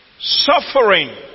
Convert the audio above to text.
suffering